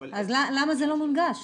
אז למה זה לא מונגש?